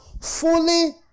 fully